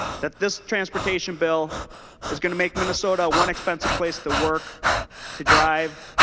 that this transportation bill is going to make minnesota one expensive place to work to drive